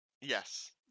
Yes